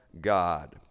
God